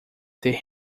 ter